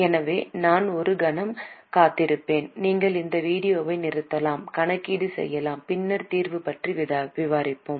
எனவே நான் ஒரு கணம் காத்திருப்பேன் நீங்கள் இந்த வீடியோவை நிறுத்தலாம் கணக்கீடு செய்யலாம் பின்னர் தீர்வு பற்றி விவாதிப்போம்